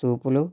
సూపులు